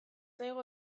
zaigu